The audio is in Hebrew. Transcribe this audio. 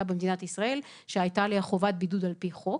במדינת ישראל שהייתה עליה חובת בידוד על פי חוק.